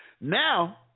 Now